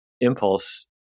impulse